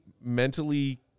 mentally